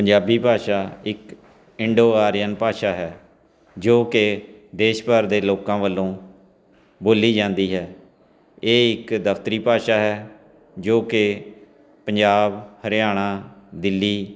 ਪੰਜਾਬੀ ਭਾਸ਼ਾ ਇੱਕ Indo Aryan ਭਾਸ਼ਾ ਹੈ ਜੋ ਕਿ ਦੇਸ਼ ਭਰ ਦੇ ਲੋਕਾਂ ਵੱਲੋਂ ਬੋਲੀ ਜਾਂਦੀ ਹੈ ਇਹ ਇੱਕ ਦਫਤਰੀ ਭਾਸ਼ਾ ਹੈ ਜੋ ਕਿ ਪੰਜਾਬ ਹਰਿਆਣਾ ਦਿੱਲੀ